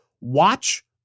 watch